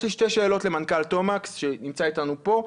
יש לי שתי שאלות למנכ"ל תומקס שנמצא איתנו פה,